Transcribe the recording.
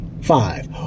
Five